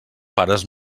pares